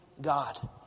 God